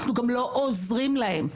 אנחנו גם לא עוזרים להם.